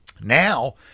Now